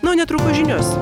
na o netrukus žinios